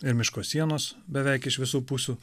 ir miško sienos beveik iš visų pusių